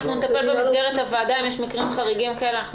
אנחנו נטפל במסגרת הוועדה במקרים חריגים כאלה,